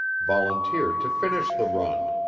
volunteered to finish the run.